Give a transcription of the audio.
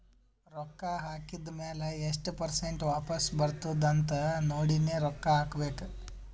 ರೊಕ್ಕಾ ಹಾಕಿದ್ ಮ್ಯಾಲ ಎಸ್ಟ್ ಪರ್ಸೆಂಟ್ ವಾಪಸ್ ಬರ್ತುದ್ ಅಂತ್ ನೋಡಿನೇ ರೊಕ್ಕಾ ಹಾಕಬೇಕ